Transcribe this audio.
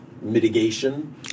mitigation